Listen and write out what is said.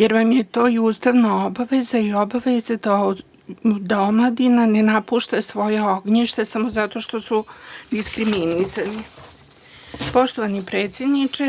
jer vam je to i ustavna obaveza i obaveza da omladina ne napušta svoja ognjišta samo zato što su diskriminisani. Poštovani predsedniče,